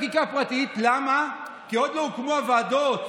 כמו ילד שאומרים לו,